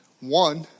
one